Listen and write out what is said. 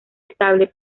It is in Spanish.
estable